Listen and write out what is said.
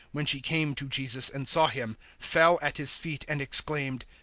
when she came to jesus and saw him, fell at his feet and exclaimed,